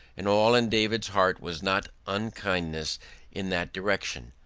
and all in david's heart was not unkindness in that direction.